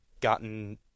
gotten